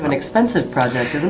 and expensive project, isn't